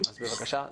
אז בבקשה.